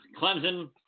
Clemson